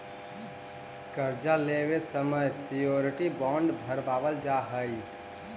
कर्जा लेवे समय श्योरिटी बॉण्ड भरवावल जा हई